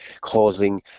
causing